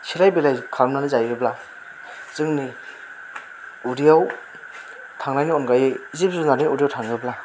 सिलाय बिलाय खालामनानै जायोब्ला जोंनि उदैयाव थांनायनि अनगायै जिब जुनारनि उदैयाव थाङोब्ला